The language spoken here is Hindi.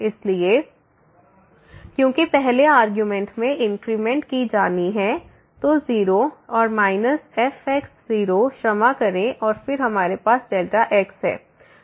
इसलिए fxx0x→0fxx0 fx0x क्योंकि पहले आर्गुमेंट में इंक्रीमेंट की जानी है तो 0 और माइनस fx 0 क्षमा करें और फिर हमारे पासx है